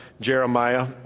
Jeremiah